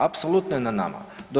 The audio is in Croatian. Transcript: Apsolutno je na nama.